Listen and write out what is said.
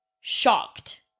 shocked